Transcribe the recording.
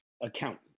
Accountant